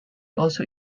also